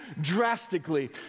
drastically